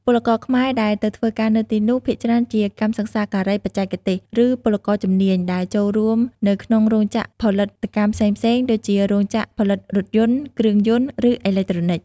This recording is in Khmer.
ពលករខ្មែរដែលទៅធ្វើការនៅទីនោះ ភាគច្រើនជា កម្មសិក្សាការីបច្ចេកទេស ឬពលករជំនាញ ដែលចូលរួមនៅក្នុងរោងចក្រផលិតកម្មផ្សេងៗ ដូចជារោងចក្រផលិតរថយន្ត គ្រឿងយន្ត ឬអេឡិចត្រូនិច ។